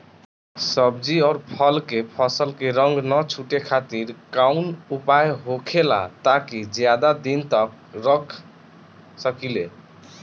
सब्जी और फल के फसल के रंग न छुटे खातिर काउन उपाय होखेला ताकि ज्यादा दिन तक रख सकिले?